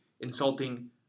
insulting